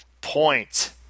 point